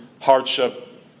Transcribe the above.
hardship